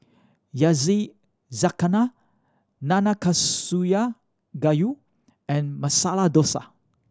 Yakizakana Nanakusa Gayu and Masala Dosa